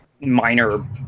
minor